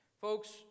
Folks